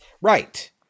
Right